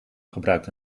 gebruikt